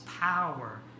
power